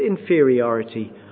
inferiority